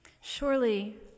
Surely